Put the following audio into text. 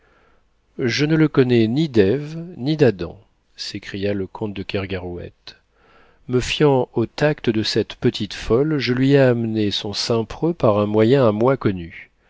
je ne le connais ni d'ève ni d'adam s'écria le comte de kergarouët me fiant au tact de cette petite folle je lui ai amené son saint-preux par un moyen à moi connu